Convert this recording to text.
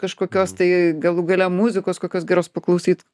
kažkokios tai galų gale muzikos kokios geros paklausyt